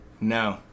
No